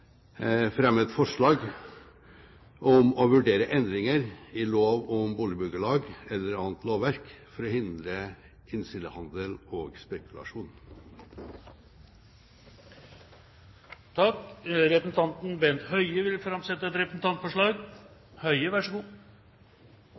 fremme et forslag om å vurdere endringer i lov om bustadbyggjelag eller annet lovverk for å hindre innsidehandel og spekulasjon. Representanten Bent Høie vil framsette et representantforslag